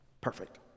Perfect